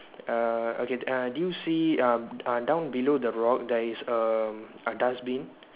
err okay err do you see um um down below the rock there is a a dustbin